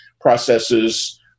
processes